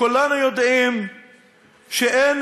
כולנו יודעים שאין